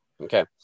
Okay